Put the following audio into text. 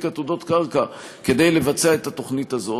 עתודות קרקע כדי לבצע את התוכנית הזאת,